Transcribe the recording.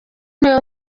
niyo